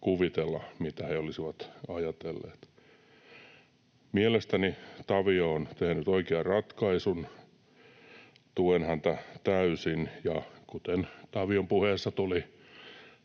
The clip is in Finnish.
kuvitella, mitä he olisivat siitä ajatelleet. Mielestäni Tavio on tehnyt oikean ratkaisun — tuen häntä täysin — ja kuten Tavion puheessa tuli